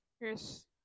yes